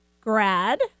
grad